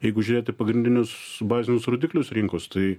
jeigu žiūrėti pagrindinius bazinius rodiklius rinkos tai